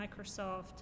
Microsoft